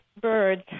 birds